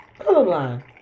Colorblind